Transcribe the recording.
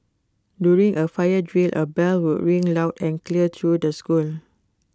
during A fire drill A bell would ring loud and clear through the school